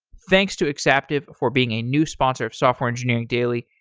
thanks to exaptive for being a new sponsor of software engineering daily.